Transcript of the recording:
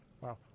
Wow